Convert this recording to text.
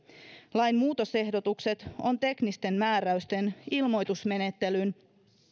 lain muutosehdotukset on teknisten määräysten ilmoitusmenettelyn